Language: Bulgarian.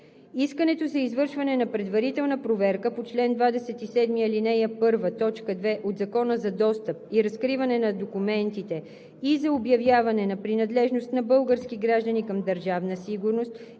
Искането за извършване на предварителна проверка по чл. 27, ал. 1, т. 2 от Закона за достъп и разкриване на документите и за обявяване на принадлежност на български граждани към Държавна сигурност и